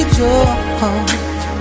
joy